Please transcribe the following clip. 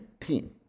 team